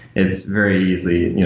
it's very easy.